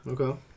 Okay